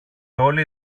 όλοι